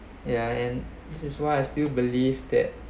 yeah and this is why I still believe that